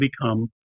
become